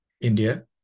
India